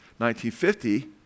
1950